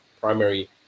primary